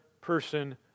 person